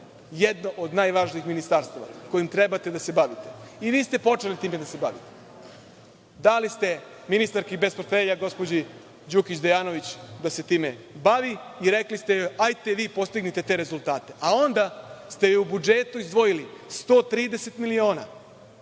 jedno od najvažnijih ministarstava kojim treba da se bavite. Vi ste počeli time da se bavite. Dali ste ministarki bez portfelja, gospođi Đukić Dejanović, da se time bavi i rekli ste joj – ajte vi postignite te rezultate, a onda ste joj u budžetu izdvojili 130.000.000,